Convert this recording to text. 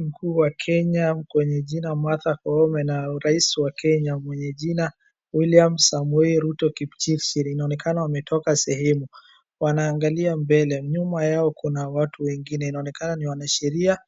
Mkuu wa kenya mwenye jina martha koome na rais wa kenya mwenye jina william samoei ruto kipchipsir inaonekana wametoka sehemu. Wanaangalia mbele, nyuma yao kuna watu wengine inaonekana ni wanasheria